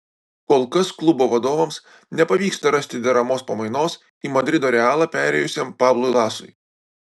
kol kas klubo vadovams nepavyksta rasti deramos pamainos į madrido realą perėjusiam pablui lasui